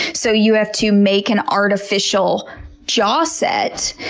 so you have to make an artificial jaw set,